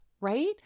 Right